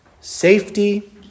safety